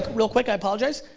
real quick i apologize,